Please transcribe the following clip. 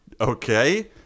Okay